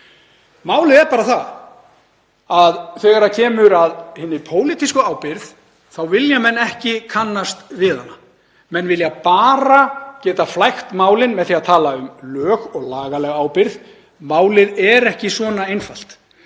Málið er bara það að þegar kemur að hinni pólitísku ábyrgð þá vilja menn ekki kannast við hana. Menn vilja bara geta flækt málin með því að tala um lög og lagalega ábyrgð. Málið er ekki svona einfalt.